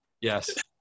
Yes